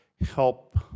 help